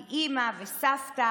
היא אימא וסבתא,